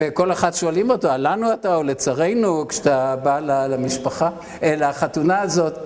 וכל אחד שואלים אותו, לנו אתה או לצרינו, כשאתה בא למשפחה, אל החתונה הזאת.